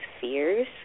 fears